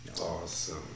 Awesome